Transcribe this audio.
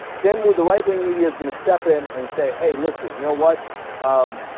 then with the right wing media's gonna step in and say hey listen you know what ah.